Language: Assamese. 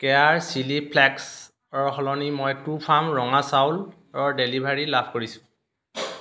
কেয়াৰ চিলি ফ্লেকছৰ সলনি মই ট্ৰু ফাৰ্ম ৰঙা চাউলৰ ডেলিভাৰী লাভ কৰিছোঁ